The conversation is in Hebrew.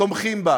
תומכים בה.